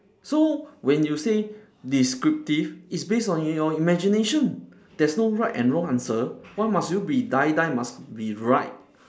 so when you say descriptive it's based on your imagination there's no right and wrong answer why must you be die die must be right